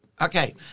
Okay